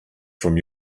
from